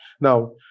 Now